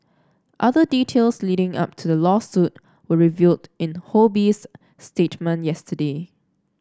other details leading up to the lawsuit were revealed in Ho Bee's statement yesterday